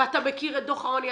ואתה מכיר את דוח העוני,